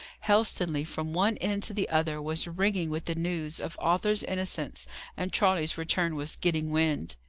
helstonleigh, from one end to the other, was ringing with the news of arthur's innocence and charley's return was getting wind.